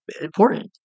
important